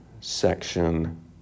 section